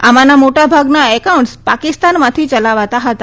આમાના મોટાભાગના એકાઉન્ટ્સ પાકિસ્તાનમાંથી યલાવાતા હતા